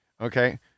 Okay